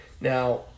Now